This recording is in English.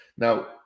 Now